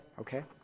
Okay